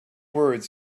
words